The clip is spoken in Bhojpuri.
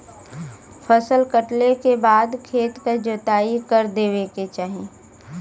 फसल कटले के बाद खेत क जोताई कर देवे के चाही